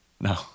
No